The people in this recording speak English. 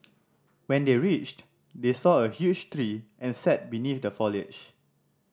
when they reached they saw a huge tree and sat beneath the foliage